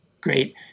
great